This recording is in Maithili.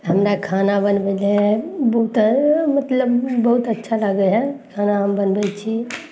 हमरा खाना बनबय लए बहुते मतलब बहुत अच्छा लागय हइ खाना हम बनबय छी